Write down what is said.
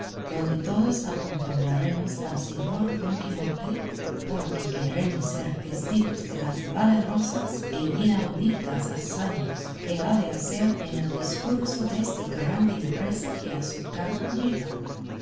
donde todos acompañaremos al señor don quijote porque queremos ser testigos de las valerosas e inauditas hazañas que ha de hacer en el discurso desta grande empresa que a su cargo lleva